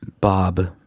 Bob